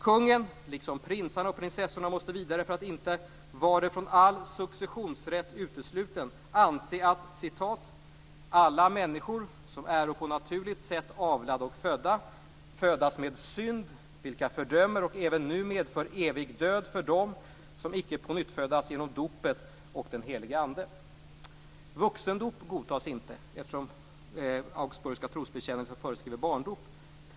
Kungen, liksom prinsarna och prinsessorna, måste vidare för att inte "vare från all successionsrätt utesluten" anse att "alla människor, som äro på naturligt sätt avlade och födda, födas med synd vilken fördömer och även nu medför evig död för dem, som icke pånyttfödas genom dopet och den helige Ande". Vuxendop godtas inte, eftersom augsburgska trosbekännelsen föreskriver barndop.